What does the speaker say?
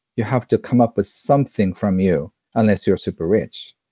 you have to come up with something from you, unless you're super rich.